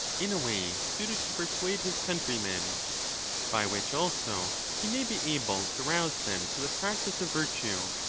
in a way suited to persuade his countrymen by which also he may be able to rouse them to the practice of virtue,